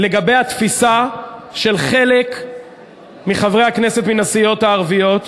לגבי התפיסה של חלק מחברי הכנסת מן הסיעות הערביות.